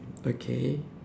okay